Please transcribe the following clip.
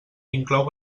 inclou